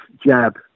jab